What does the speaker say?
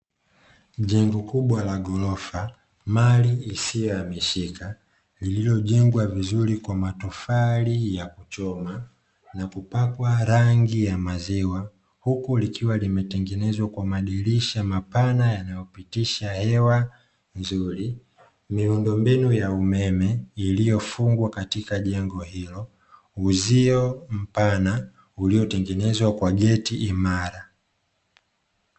Jengo kubwa la ghorofa mali isiyohamishika lililojengwa vizuri kwa matofali ya kuchoma na kupakwa rangi ya maziwa, huku likiwa limetengenezwa kwa madirisha mapana yanayopitisha hewa nzuri miundombinu ya umeme, iliyofungwa katika jengo hilo uzio mpana uliotengenezwa kwa geti imara.